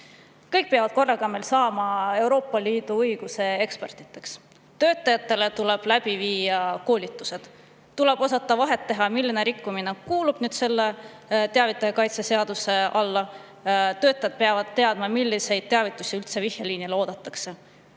Kõik peavad korraga saama Euroopa Liidu õiguse ekspertideks. Töötajatele tuleb läbi viia koolitused. Tuleb osata vahet teha, milline rikkumine kuulub teavitaja kaitse seaduse alla. Töötajad peavad teadma, milliseid teavitusi vihjeliinile üldse oodatakse.